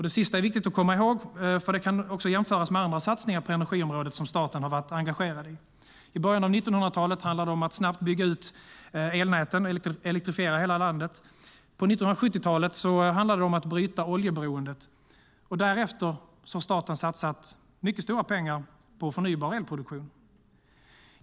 Det sista är viktigt att komma ihåg, för det kan jämföras med andra satsningar på energiområdet som staten varit engagerad i. I början av 1900-talet handlade det om att snabbt bygga ut elnäten och elektrifiera hela landet. På 1970-talet handlade det om att bryta oljeberoendet, och därefter har staten gjort mycket stora satsningar på förnybar elproduktion.